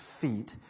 feet